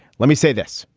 let me say this.